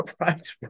Right